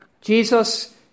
Jesus